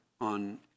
on